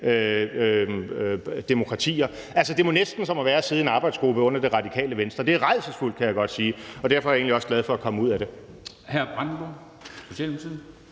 demokratier. Det må næsten være som at sidde i en arbejdsgruppe under Radikale Venstre. Det er rædselsfuldt, kan jeg godt sige, og derfor er jeg egentlig også glad for at komme ud af det.